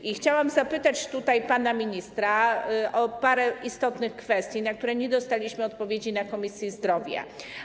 I chciałam zapytać tutaj pana ministra o parę istotnych kwestii, na które nie dostaliśmy odpowiedzi na posiedzeniu Komisji Zdrowia.